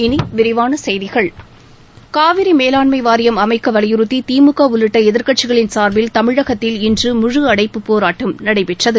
இனி விரிவான செய்திகள் காவிரி மேலாண்மை வாரியம் அமைக்க வலியுறுத்தி திமுக உள்ளிட்ட எதிர்கட்சிகளின் சார்பில் தமிழகத்தில் இன்று முழு அடைப்புப் போராட்டம் நடைபெற்றது